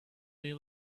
they